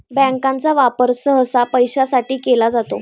बँकांचा वापर सहसा पैशासाठी केला जातो